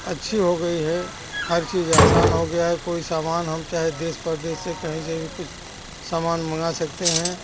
अच्छी हो गई है हर चीज आसान हो गया है कोई समान हम चाहे देश प्रदेश से कहीं से भी कुछ सामान मँगा सकते हैं